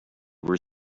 were